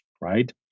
right